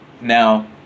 Now